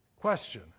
question